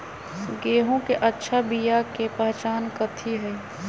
गेंहू के अच्छा बिया के पहचान कथि हई?